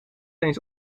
eens